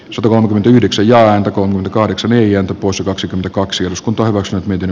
sotavangit yhdeksi ääntä kun kahdeksan eija pusa kaksikymmentäkaksi osku torrokset miten